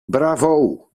bravo